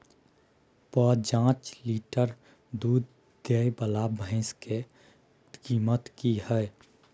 प जॉंच लीटर दूध दैय वाला भैंस के कीमत की हय?